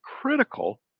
critical